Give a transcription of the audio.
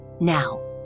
Now